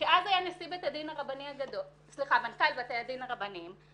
שאז היה מנכ"ל בתי הדין הרבניים.